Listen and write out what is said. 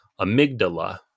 Amygdala